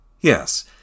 Yes